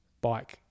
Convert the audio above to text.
bike